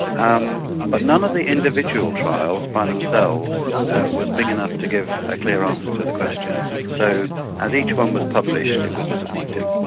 um but none of the individual trials by themselves was big enough to give a clear answer to the question. so as each one was published, it was disappointing.